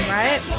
right